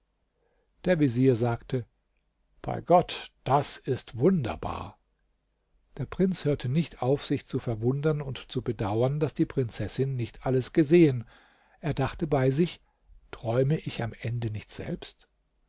der vezier sagte bei gott das ist wunderbar der prinz hörte nicht auf sich zu verwundern und zu bedauern daß die prinzessin nicht alles gesehen er dachte bei sich träume ich am ende nicht selbst